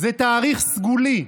זה תאריך סגולי,